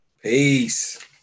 Peace